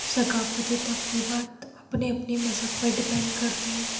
ثقافتی تقریبات اپنے اپنے مذہب پر ڈپینڈ کرتی ہیں